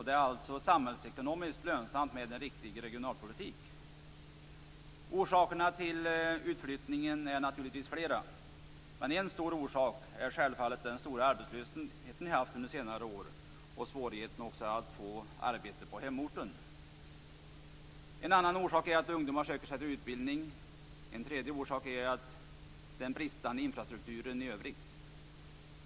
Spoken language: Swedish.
Det är alltså samhällsekonomiskt lönsamt med en riktig regionalpolitik. Orsakerna till utflyttningen är naturligtvis flera. Men en stor orsak är självfallet den stora arbetslösheten under senare år och svårigheterna för människor att få arbete på hemorten. En annan orsak är att ungdomar söker sig till utbildning. En tredje är den bristande infrastrukturen i övrigt.